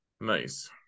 nice